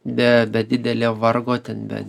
be be didelio vargo ten be